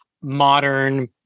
modern